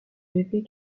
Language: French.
bébés